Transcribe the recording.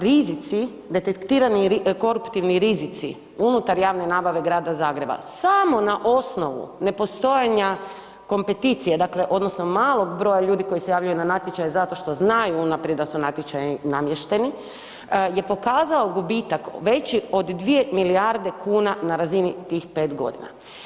Rizici detektirani koruptivni rizici unutar javne nabave Grada Zagreba samo na osnovu nepostojanja kompeticije odnosno malog broja ljudi koji se javljaju na natječaj zato što znaju unaprijed da su natječaji namješteni je pokazao gubitak veći od 2 milijarde kuna na razini tih pet godina.